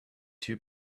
two